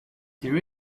there